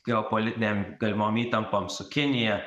geopolitinėm galimom įtampom su kinija